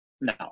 No